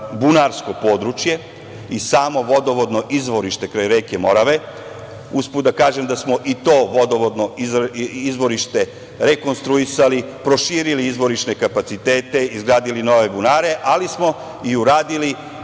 bunarsko područje i samo vodovodno izvorište kraj reke Morave. Uz put da kažem da smo i to vodovodno izvorište rekonstruisali, proširili izvorišne kapacitete, izgradili nove bunare, ali smo i uradili